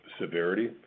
severity